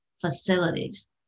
facilities